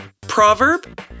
proverb